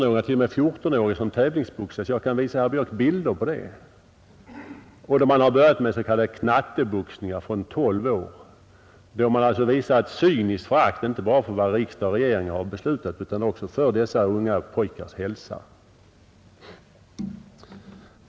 Jag kan visa herr Björk bilder på 15 och 16-åringar, ja t.o.m. 14-åringar, som tävlingsboxare. Man har börjat med s.k. knatteboxningar med deltagare från 12 år och visar då ett cynisk förakt inte bara för vad riksdag och regering har beslutat utan också för dessa unga pojkars hälsa.